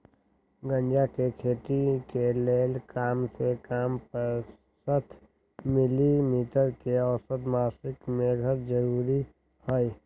गजा के खेती के लेल कम से कम पैंसठ मिली मीटर के औसत मासिक मेघ जरूरी हई